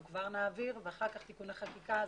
אנחנו כבר נעביר ואחר כך תיקוני חקיקה,